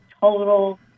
total